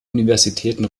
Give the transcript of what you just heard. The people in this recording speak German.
universitäten